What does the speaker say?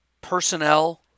personnel